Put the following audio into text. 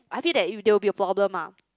I feel that you there will be problem lah